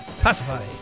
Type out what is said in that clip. Pacify